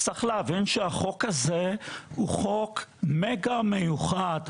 צריך להבין שהחוק הזה הוא חוק מגה מיוחד,